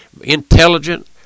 intelligent